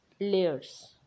layers